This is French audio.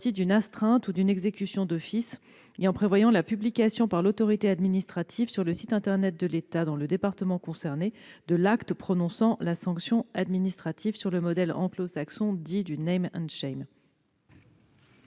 d'une astreinte ou d'une exécution d'office. Nous proposons aussi la publication par l'autorité administrative, sur le site internet de l'État dans le département concerné, de l'acte prononçant la sanction administrative, sur le modèle anglo-saxon dit du. Quel est l'avis